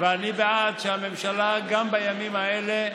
ואני בעד שהממשלה, גם בימים האלה,